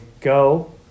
go